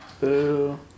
Boo